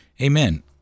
Amen